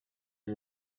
est